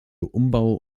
umbau